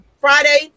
Friday